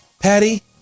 Patty